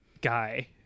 Guy